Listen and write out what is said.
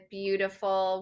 beautiful